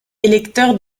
électeur